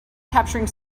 capturing